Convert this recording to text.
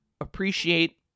appreciate